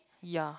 ya